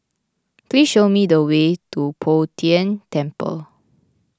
please show me the way to Bo Tien Temple